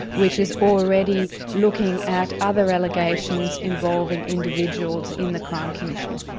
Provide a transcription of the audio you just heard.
which is already looking at other allegations involving individuals in the crime commission.